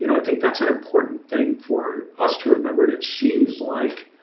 you know i think that's an important thing for us to remember. it it seems like